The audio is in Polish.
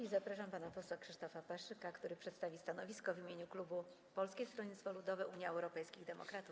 I zapraszam pana posła Krzysztofa Paszyka, który przedstawi stanowisko w imieniu klubu Polskiego Stronnictwa Ludowego - Unii Europejskich Demokratów.